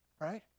right